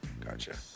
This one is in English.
gotcha